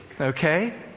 okay